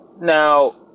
Now